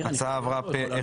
הצבעה